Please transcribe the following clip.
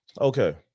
okay